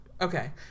Okay